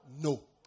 No